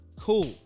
cool